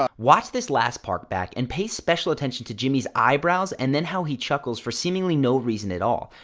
ah watch this last part back and pay special attention to jimmy's eyebrows, and then, how he chuckles for seemingly no reason at all.